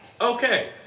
Okay